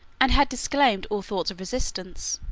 and had disclaimed all thoughts of resistance.